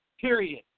Period